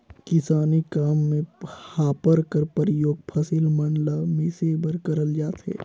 किसानी काम मे हापर कर परियोग फसिल मन ल मिसे बर करल जाथे